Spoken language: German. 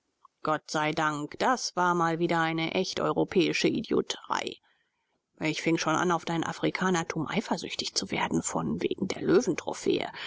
gott sei dank das war mal wieder eine echt europäische idioterei ich fing schon an auf dein afrikanertum eifersüchtig zu werden von wegen der